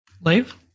Leave